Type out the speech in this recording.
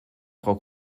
frau